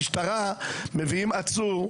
משטרה, עצור,